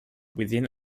within